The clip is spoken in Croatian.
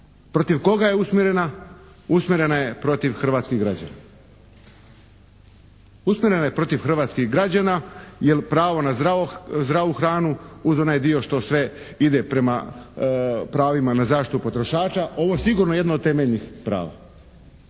Protiv koga je usmjerena? Usmjerena je protiv hrvatskih građana. Usmjerena je protiv hrvatskih građana, jer pravo na zdravu hranu uz onaj dio što sve ide prema pravima na zaštitu potrošača ovo je sigurno jedno od temeljnih prava.